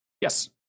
Yes